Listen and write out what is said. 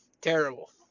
terrible